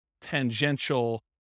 tangential